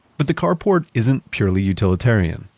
but the carport isn't purely utilitarian,